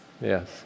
Yes